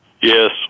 Yes